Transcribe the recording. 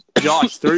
Josh